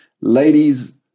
Ladies